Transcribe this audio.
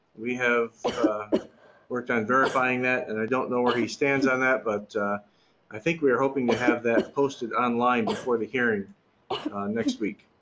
we have worked on verifying that and i don't know where he stands on that but i think we're hoping to have that posted online before the hearing next week.